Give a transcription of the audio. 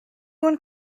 one